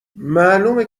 معلومه